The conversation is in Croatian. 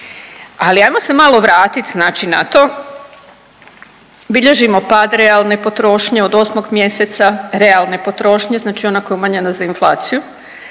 Ali, ajmo se malo vrati znači na to. Bilježimo pad realne potrošnje od 8. mj., realne potrošnje, znači ona koja je umanjena za inflaciju,